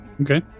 okay